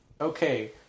Okay